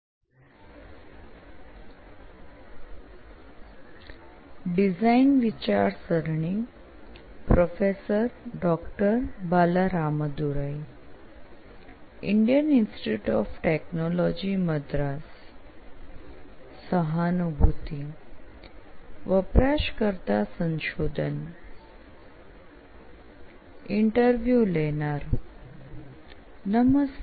interview લેનાર નમસ્તે